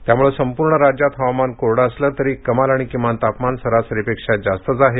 त्यामुळे संपूर्ण राज्यात हवामान कोडं असलं तरी कमाल आणि किमान तापमान सरासरीपेक्षा जास्तच आहे